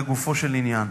לגופו של עניין.